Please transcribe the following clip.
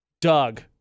Doug